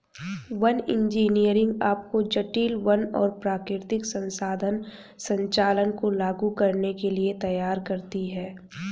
one engineering आपको जटिल वन और प्राकृतिक संसाधन संचालन को लागू करने के लिए तैयार करती है